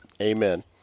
Amen